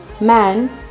man